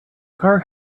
car